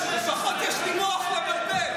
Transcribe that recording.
--- לפחות יש לי מוח לבלבל.